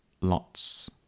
lots